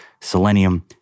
selenium